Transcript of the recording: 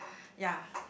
yea